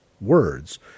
words